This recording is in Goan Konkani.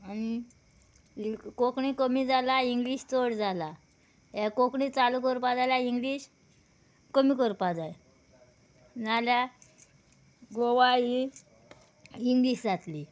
आनी कोंकणी कमी जाला इंग्लीश चड जाला कोंकणी चालू करपा जाल्यार इंग्लीश कमी करपा जाय नाल्या गोवा ही इंग्लीश जातली